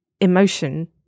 emotion